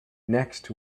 next